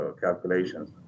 calculations